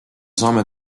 saame